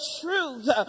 truth